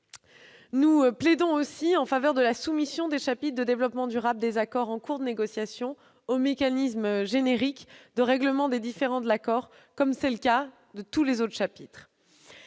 Nous plaidons enfin en faveur de la soumission des chapitres de développement durable des accords en cours de négociation au mécanisme générique de règlement des différends de l'accord, comme c'est le cas pour tous les autres chapitres.